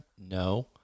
No